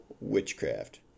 witchcraft